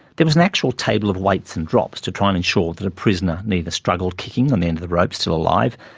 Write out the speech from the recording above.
there was an actual table of weights and drops to try and ensure that a prisoner neither struggled kicking on the end of the rope still alive,